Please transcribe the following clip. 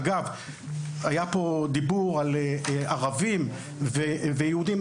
היה פה דיבור על ערבים ויהודים.